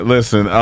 Listen